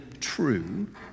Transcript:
true